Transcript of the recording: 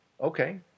okay